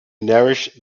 nourish